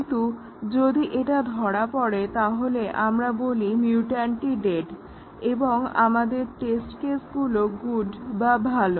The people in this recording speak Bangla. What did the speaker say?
কিন্তু যদি এটা ধরা পড়ে তাহলে আমরা বলি মিউট্যান্টটি ডেড এবং আমাদের টেস্ট কেসগুলো গুড বা ভালো